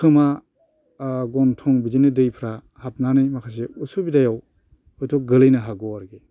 खोमा गनथं बिदिनो दैफ्रा हाबनानै माखासे असुबिदायाव हयथ' गोलैनो हागौ आरोखि